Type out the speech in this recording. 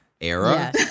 era